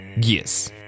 Yes